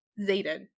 Zayden